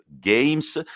games